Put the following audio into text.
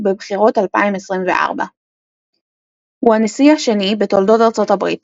בבחירות 2024. הוא הנשיא השני בתולדות ארצות הברית,